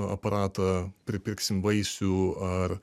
aparatą pripirksim vaisių ar